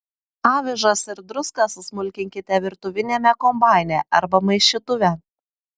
avižas ir druską susmulkinkite virtuviniame kombaine arba maišytuve